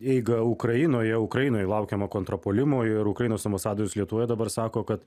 eigą ukrainoje ukrainoj laukiama kontrpuolimo ir ukrainos ambasadorius lietuvoje dabar sako kad